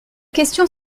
question